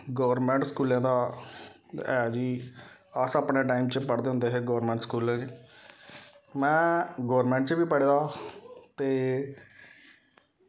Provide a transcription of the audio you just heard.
government स्कूलें दा ऐ जी अस अपने टाईम च पढ़दे होंदे हे गौरमेंट स्कूलें च में गौरमेंट च बी पढ़े दा ते